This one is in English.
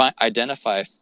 identify